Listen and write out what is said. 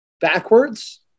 backwards